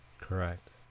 Correct